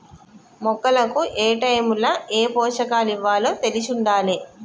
మొక్కలకు ఏటైముల ఏ పోషకాలివ్వాలో తెలిశుండాలే